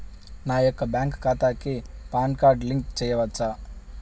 నా యొక్క బ్యాంక్ ఖాతాకి పాన్ కార్డ్ లింక్ చేయవచ్చా?